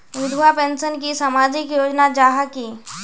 विधवा पेंशन की सामाजिक योजना जाहा की?